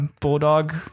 Bulldog